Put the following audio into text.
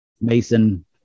mason